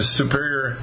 superior